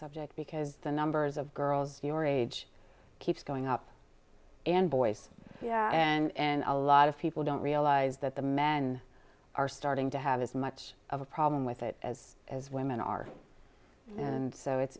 subject because the numbers of girls your age keeps going up and boys and a lot of people don't realize that the men are starting to have as much of a problem with it as as women are and so it's